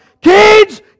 Kids